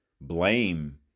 blame